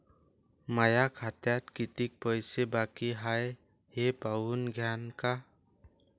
माया खात्यात कितीक पैसे बाकी हाय हे पाहून द्यान का?